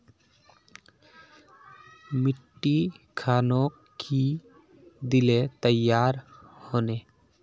मिट्टी खानोक की दिले तैयार होने?